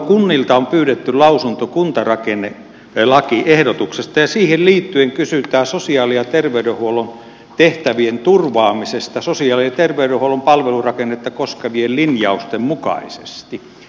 kunnilta on pyydetty lausunto kuntarakennelakiehdotuksesta ja siihen liittyen kysytään sosiaali ja terveydenhuollon tehtävien turvaamisesta sosiaali ja terveydenhuollon palvelurakennetta koskevien linjausten mukaisesti